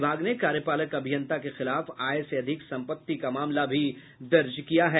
विभाग ने कार्यपालक अभियंता के खिलाफ आय से अधिक सम्पत्ति का मामला दर्ज किया है